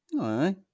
Aye